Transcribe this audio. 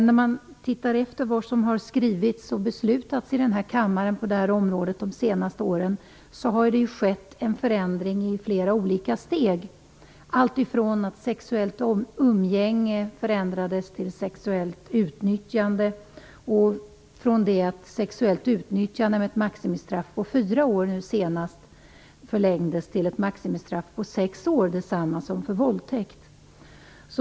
När man tittar efter vad som har skrivits och beslutats i denna kammare på detta område de senaste åren ser man att det har skett en förändring i flera olika steg, alltifrån att sexuellt umgänge förändrades till sexuellt utnyttjande till att maximistraffet för sexuellt utnyttjande nu senast förlängdes från 4 år till 6 år, dvs. detsamma som för våldtäkt.